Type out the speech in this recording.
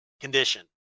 condition